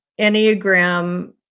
Enneagram